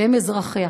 שהם אזרחיה,